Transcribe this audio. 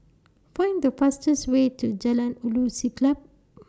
Find The fastest Way to Jalan Ulu Siglap